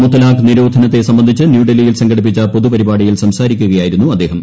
മുത്തലാഖ് നിരോധനത്തെ സംബന്ധിച്ച് ന്യൂഡൽഹിയിൽ സംഘടിപ്പിച്ച പൊതുപരിപാടിയിൽ സംസാരിക്കുകയായിരുന്നു അദ്ദേഹം